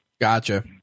Gotcha